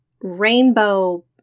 rainbow